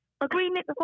agreement